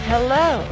Hello